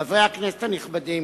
חברי הכנסת הנכבדים,